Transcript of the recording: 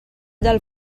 del